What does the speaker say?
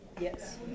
Yes